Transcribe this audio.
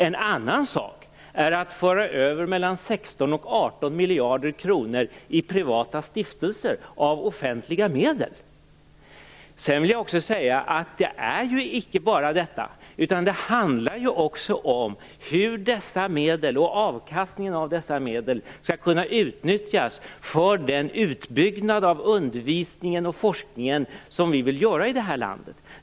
En annan sak är att föra över 16-18 Sedan vill jag också säga att det inte bara är detta, utan det handlar ju också om hur dessa medel och avkastningen av dessa medel skall kunna utnyttjas för den utbyggnad av undervisningen och forskningen som vi vill göra i det här landet.